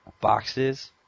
boxes